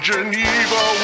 Geneva